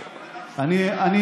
"מופקד".